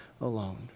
alone